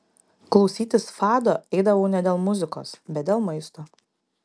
klausytis fado eidavau ne dėl muzikos bet dėl maisto